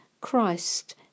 Christ